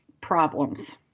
problems